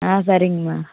ஆ சரிங்கம்மா